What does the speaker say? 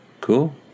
cool